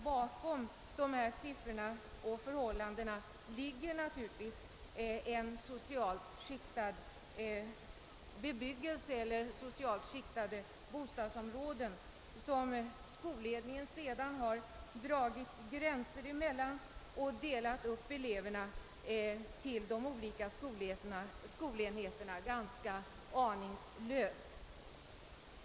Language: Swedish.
Bakom dessa siffror och förhållanden ligger naturligtvis socialt skiktade bostadsområden som skolledningen sedan dragit gränser mellan och därmed kommit att dela upp eleverna på de olika skolenheterna ganska aningslöst.